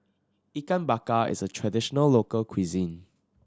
Ikan Bakar is a traditional local cuisine